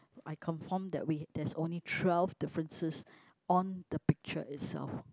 I confirm that we that's only twelve differences on the picture itself